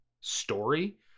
story